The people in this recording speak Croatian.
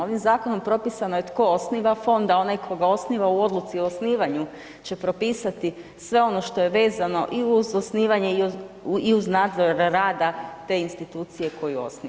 Ovim zakonom propisano je tko osniva Fond, a onaj tko ga osniva, u odluci o osnivanju će propisati sve ono što je vezano i uz osnivanje i uz nadzor rada te institucije koju osniva.